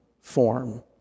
form